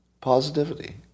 Positivity